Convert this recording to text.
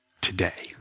today